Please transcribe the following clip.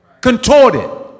contorted